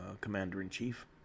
Commander-in-Chief